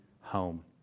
home